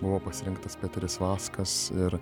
buvo pasirinktas pėteris vaskas ir